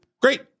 great